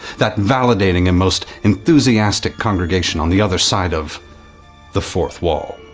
that validating and most enthusiastic congregation on the other side of the fourth wall.